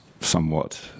somewhat